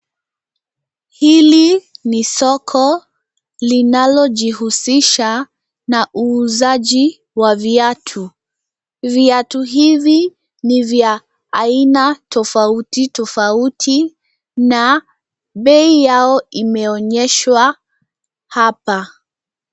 Hili ni soko linalojihusisha na uuzaji wa viatu. Viatu hivi ni vya aina tofauti tofauti na bei yao imeonyeshwa hapa.